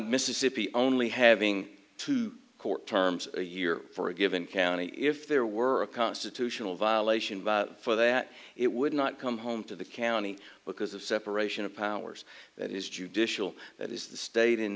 mississippi only having two court terms a year for a given county if there were a constitutional violation for that it would not come home to the county because of separation of powers that is judicial that is the state in